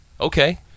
Okay